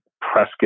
prescott